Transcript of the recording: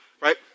right